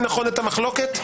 אני מבין את המחלוקת?